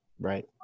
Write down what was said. right